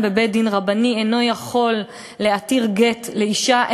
בבית-דין רבני אינו יכול להתיר גט לאישה,